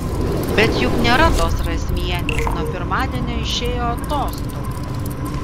bet juk nėra tos razmienės nuo pirmadienio išėjo atostogų